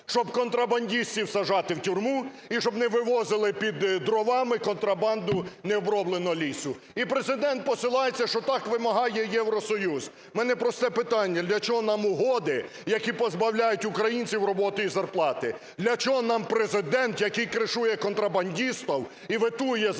щоб контрабандистів саджати у тюрму і щоб не вивозили під дровами контрабанду необробленого лісу. І Президент посилається, що так вимагає Євросоюз. У мене просте питання. Для чого нас угоди, які позбавляють українців роботи і зарплати? Для чого нам Президент, який кришує контрабандистів і ветує